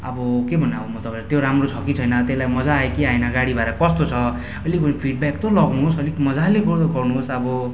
अब के भन्नु अब म तपाईँलाई त्यो राम्रो छ कि छैन त्यसलाई मज्जा आयो कि आएन गाडी भाडा कस्तो छ अलिकति फिटब्याक त लाउनुहोस् अलिक मज्जाले गर्नुहोस् अब